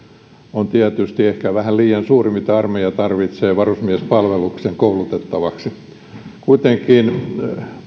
on tietysti ehkä vähän liian suuri siihen nähden mitä armeija tarvitsee varusmiespalvelukseen koulutettavaksi kuitenkin